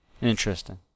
Interesting